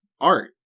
art